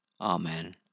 Amen